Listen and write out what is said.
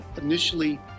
initially